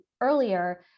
earlier